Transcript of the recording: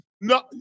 No